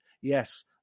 Yes